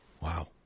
Wow